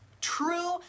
true